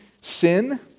sin